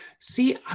See